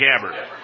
Gabbard